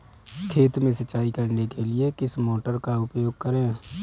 खेत में सिंचाई करने के लिए किस मोटर का उपयोग करें?